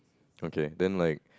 okay then like